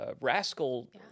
rascal